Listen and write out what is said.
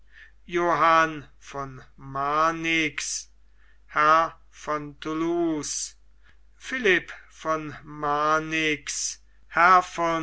johann von marnix herr von thoulouse philipp von marnix